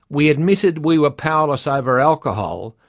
we admitted we were powerless over alcohol,